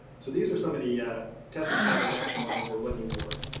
so these are some of the yeah testing parameters action levels we're looking for.